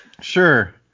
Sure